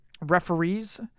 Referees